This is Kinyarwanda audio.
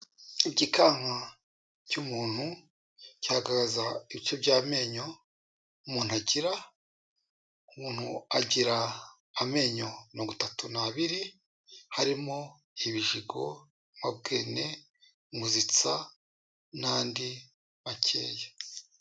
Igikanka cy'umuntu cyiragaragaza ibice by'amenyo umuntu agira, umuntu agira amenyo mirongo itatu n'abiri, harimo ibijigo, amabwene, muzitsa n'andi makeya.